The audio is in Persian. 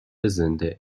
زنده